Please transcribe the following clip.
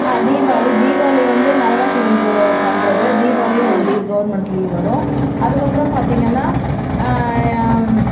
தீபாவளி தீபாவளி வந்து நரகாசுரனுக்கு பண்ணுறது தீபாளியும் ஒரு லீவ் கவுர்மெண்ட் லீவ் வரும் அதுக்கப்புறம் பார்த்திங்கன்னா